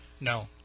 No